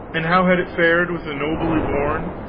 and how had it fared with the nobly born,